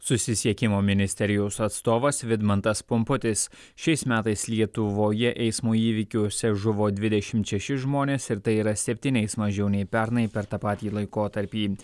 susisiekimo ministerijos atstovas vidmantas pumputis šiais metais lietuvoje eismo įvykiuose žuvo dvidešimt šeši žmonės ir tai yra septyniais mažiau nei pernai per tą patį laikotarpį